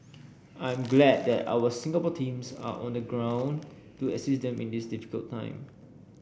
I'm glad that our Singapore teams are on the ground to assist them in this difficult time